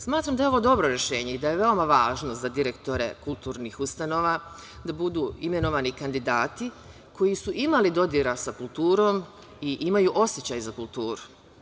Smatram da je ovo dobro rešenje i da je veoma važno za direktore kulturnih ustanova da budu imenovani kandidati koji su imali dodira sa kulturom i imaju osećaj za kulturu.